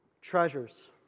Treasures